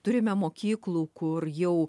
turime mokyklų kur jau